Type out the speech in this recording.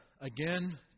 again